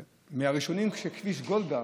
מהראשונים, כשכביש גולדה